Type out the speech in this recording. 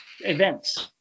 events